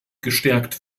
gestärkt